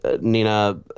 Nina